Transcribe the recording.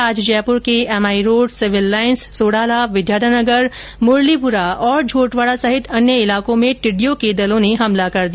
आज जयपुर के MI road civil lines Sodala Vidyadhar Nagar Muralipura और झोटवाडा सहित अन्य ईलाकों में टिड्डियों के दल ने हमला कर दिया